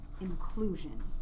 inclusion